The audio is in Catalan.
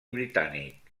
britànic